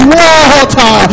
water